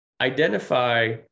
identify